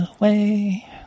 away